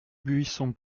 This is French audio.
buisson